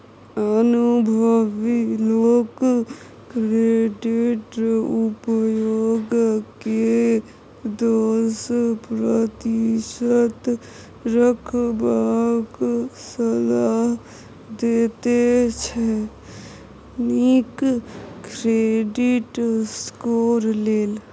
अनुभबी लोक क्रेडिट उपयोग केँ दस प्रतिशत रखबाक सलाह देते छै नीक क्रेडिट स्कोर लेल